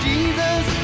Jesus